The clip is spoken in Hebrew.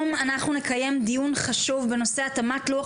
נקיים היום דיון חשוב בנושא: התאמת לוח